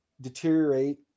deteriorate